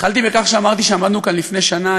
התחלתי בכך שאמרתי שעמדנו כאן לפני שנה,